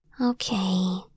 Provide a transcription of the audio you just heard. Okay